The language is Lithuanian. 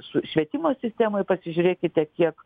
su švietimo sistemoj pasižiūrėkite kiek